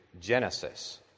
Genesis